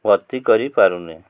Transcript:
ଭର୍ତ୍ତି କରିପାରୁନି